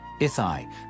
Ithai